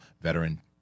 veteran